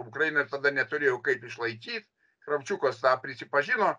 ukraina tada neturėjo kaip išlaikyt kravčiukas tą prisipažino